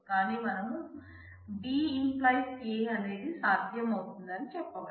కాని మనం B → A అనేది సాధ్యం అవుతుందని చెప్పవచ్చు